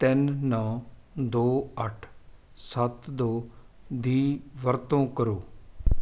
ਤਿੰਨ ਨੌ ਦੋ ਅੱਠ ਸੱਤ ਦੋ ਦੀ ਵਰਤੋਂ ਕਰੋ